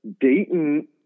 Dayton